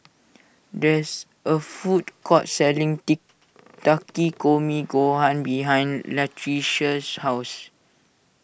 there is a food court selling Takikomi Gohan behind Latricia's house